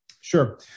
Sure